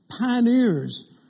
pioneers